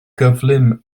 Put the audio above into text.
gyflym